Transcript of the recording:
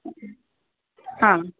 हा